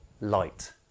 light